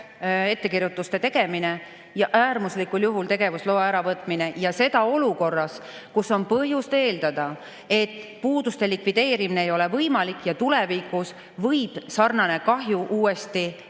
ettekirjutuste tegemine ja äärmuslikul juhul tegevusloa äravõtmine, seda olukorras, kus on põhjust eeldada, et puuduste likvideerimine ei ole võimalik ja tulevikus võib sarnane kahju